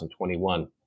2021